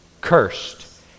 cursed